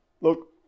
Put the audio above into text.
look